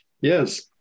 Yes